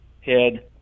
head